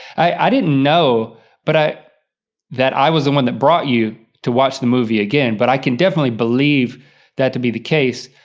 i didn't know but that i was the one that brought you to watch the movie again, but i can definitely believe that to be the case,